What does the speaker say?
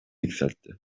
yükseltti